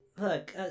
Look